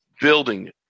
building